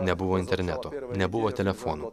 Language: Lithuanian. nebuvo interneto nebuvo telefonų